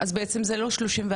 גם בהם לא נעשה שימוש.